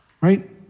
Right